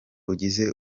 ugize